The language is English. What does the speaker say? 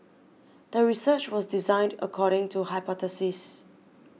the research was designed according to hypothesis